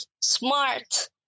smart